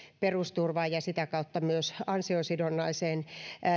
perusturvaan ja sitä kautta myös ansiosidonnaiseen